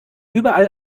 überall